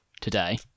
today